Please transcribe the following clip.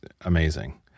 amazing